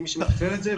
כמי שמתכלל את זה,